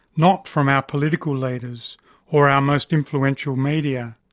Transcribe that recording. not from our political leaders or our most influential media.